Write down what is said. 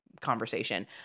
conversation